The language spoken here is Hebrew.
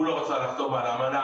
הוא לא רצה לחתום על המנה.